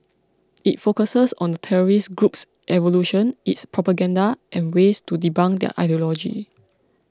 it focuses on the terrorist group's evolution its propaganda and ways to debunk their ideology